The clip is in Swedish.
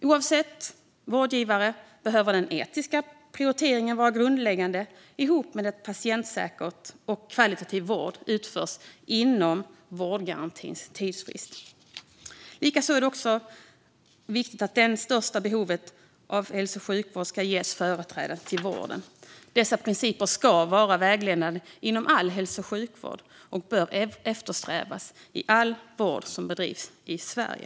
Oavsett vårdgivare behöver den etiska prioriteringen vara grundläggande ihop med att patientsäker och kvalitativ vård utförs inom vårdgarantins tidsfrist. Likaså är det viktigt att den som har det största behovet av hälso och sjukvård ska ges företräde till vården. Dessa principer ska vara vägledande inom all hälso och sjukvård och bör eftersträvas i all vård som bedrivs i Sverige.